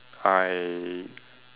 I